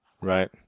Right